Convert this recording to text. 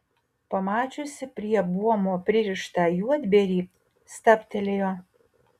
pamačiusi prie buomo pririštą juodbėrį stabtelėjo